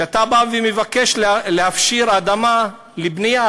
כשאתה מבקש להפשיר אדמה לבנייה,